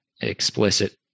explicit